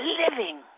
living